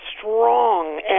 strong